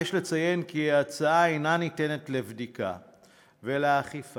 יש לציין כי ההצעה אינה ניתנת לבדיקה ולאכיפה,